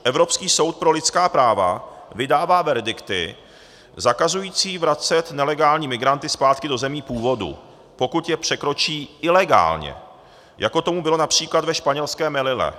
Evropský soud pro lidská práva vydává verdikty zakazující vracet nelegální migranty zpátky do zemí původu, pokud je překročí ilegálně, jako tomu bylo např. ve španělské Melille.